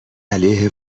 علیه